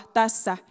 tässä